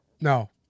No